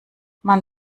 man